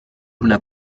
una